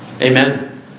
Amen